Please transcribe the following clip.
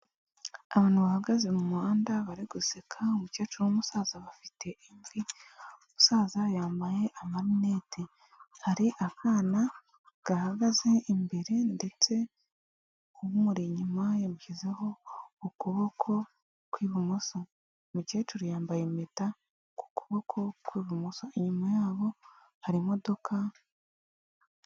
Abantu bahagaze mu muhanda bari guseka, umukecuru n'umusaza bafite imvi, umusaza yambaye amarinete, hari akana gahagaze imbere ndetse umuri inyuma yamushyizeho ukuboko kw'ibumoso, umukecuru yambaye impeta ku kuboko kw'ibumoso, inyuma yabo hari imodoka.